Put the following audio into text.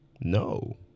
No